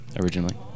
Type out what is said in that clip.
Originally